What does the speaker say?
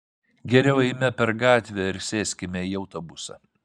geriau eime per gatvę ir sėskime į autobusą